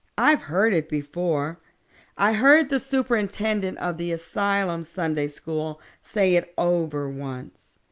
i've heard it before i heard the superintendent of the asylum sunday school say it over once.